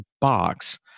box